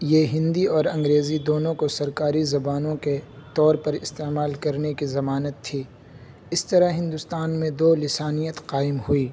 یہ ہندی اور انگریزی دونوں کو سرکاری زبانوں کے طور پر استعمال کرنے کی ضمانت تھی اس طرح ہندوستان میں دو لسانیت قائم ہوئی